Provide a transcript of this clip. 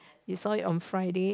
you saw it on Friday